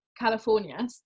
California